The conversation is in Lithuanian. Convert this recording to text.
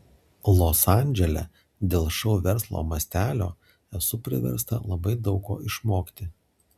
los andžele dėl šou verslo mastelio esu priversta labai daug ko išmokti